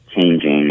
changing